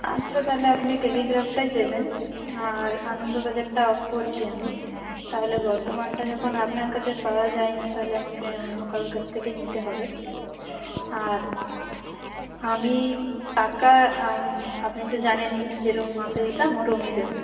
আচ্ছা তাহলে আপনি টেলিগ্রাফটাই দেবেন আর আনন্দবাজারটা অফ করছি আমি তাহলে বর্তমানটা যখন আপনার কাছে পাওয়া যায় না তাহলে আমাকে অন্য কারোর কাস থেকেই নিতে হবে আর আমি টাকা আপনি তো জানেনই যেরকম মাসে দিতাম ওরমই দেবো